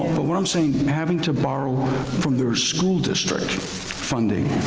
but what i'm saying, having to borrow from their school district funding.